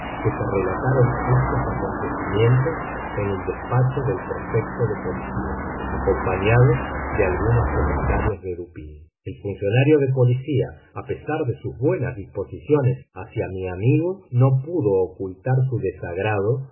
que se relataron estos acontecimientos en el despacho del prefecto de policía acompañados de algunos comentarios de dupín el funcionario de policía a pesar de sus buenas disposiciones hacia mi amigo no pudo ocultar su desagrado